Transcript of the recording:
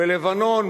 בלבנון,